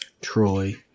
Troy